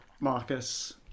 Marcus